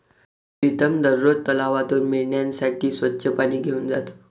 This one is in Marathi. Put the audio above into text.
प्रीतम दररोज तलावातून मेंढ्यांसाठी स्वच्छ पाणी घेऊन जातो